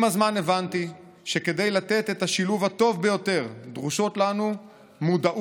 עם הזמן הבנתי שכדי לתת את השילוב הטוב ביותר דרושים לנו מודעות,